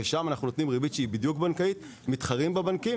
ושם אנחנו נותנים ריבית שהיא בדיוק בנקאי ומתחברים בבנקים,